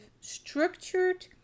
structured